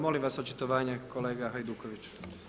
Molim vas očitovanje kolega Hajdruković.